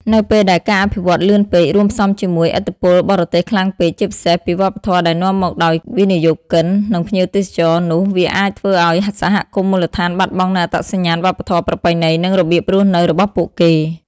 នៅពេលដែល ការអភិវឌ្ឍលឿនពេក រួមផ្សំជាមួយ ឥទ្ធិពលបរទេសខ្លាំងពេក ជាពិសេសពីវប្បធម៌ដែលនាំមកដោយវិនិយោគិន និងភ្ញៀវទេសចរ នោះវាអាចធ្វើឲ្យ សហគមន៍មូលដ្ឋានបាត់បង់នូវអត្តសញ្ញាណវប្បធម៌ ប្រពៃណី និងរបៀបរស់នៅរបស់ពួកគេ។